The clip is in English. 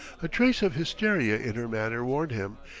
a trace of hysteria in her manner warned him,